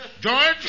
George